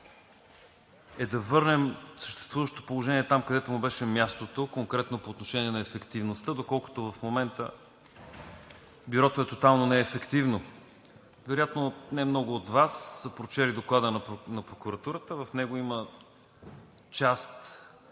е да върнем съществуващото положение там, където му беше мястото, конкретно по отношение на ефективността, доколкото в момента Бюрото е тотално неефективно. Вероятно не много от Вас са прочели Доклада на прокуратурата, в него има част,